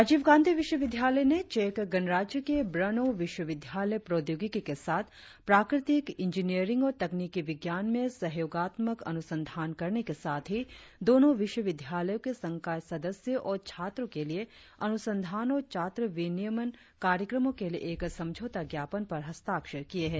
राजीव गांधी विश्वविद्यालय ने चेक गणराज्य के ब्रनो विश्वविद्यालय प्रौद्योगिकी के साथ प्राकृतिक इंजीनियरिंग और तकनीकी विज्ञान में सहयोगात्मक अनुसंधान करने के साथ ही दोनों विश्वविद्यालयों के संकाय सदस्यों और छात्रों के लिए अनुसंधान और छात्र विनियम कार्यक्रमों के लिए एक समझौता ज्ञापन पर हस्ताक्षर किए हैं